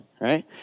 right